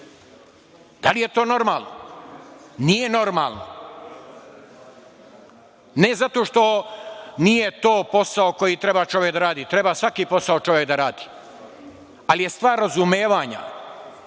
Da li je to normalno? Nije normalno. Ne zato što nije to posao koji treba čovek da radi, treba svaki posao čovek da radi, ali je stvar razumevanja.